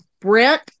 Brent